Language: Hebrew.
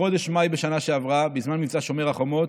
בחודש מאי בשנה שעברה, בזמן מבצע שומר החומות,